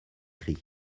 christ